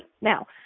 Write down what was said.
now